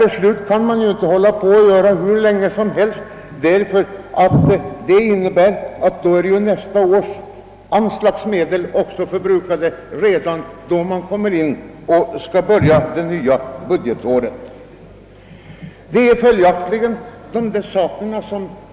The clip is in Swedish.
Men så kan man inte förfara hur länge som helst, eftersom det innebär att man tar i anspråk nästa budgetårs anslagsmedel, vilka alltså i värsta fall kan vara förbrukade när budgetåret börjar.